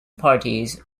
parties